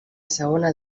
segona